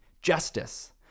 Justice